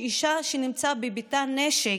אישה שנמצא בביתה נשק,